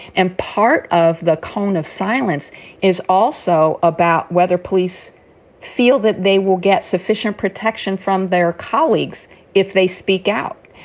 and part of the cone of silence is also about whether police feel that they will get sufficient protection from their colleagues if they speak out.